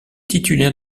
titulaire